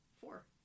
four